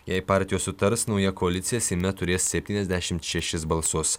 jei partijos sutars nauja koalicija seime turės septyniasdešimt šešis balsus